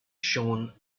shown